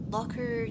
Locker